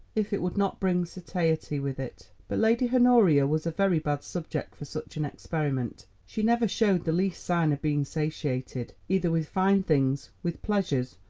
if it would not bring satiety with it. but lady honoria was a very bad subject for such an experiment. she never showed the least sign of being satiated, either with fine things, with pleasures,